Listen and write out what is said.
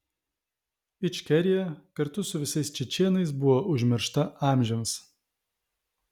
ičkerija kartu su visais čečėnais buvo užmiršta amžiams